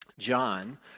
John